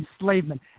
enslavement